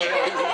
אני יכול לומר